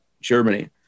Germany